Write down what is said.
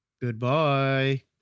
Goodbye